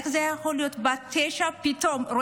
איך זה יכול להיות שבת תשע פתאום נעלמה.